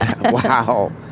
Wow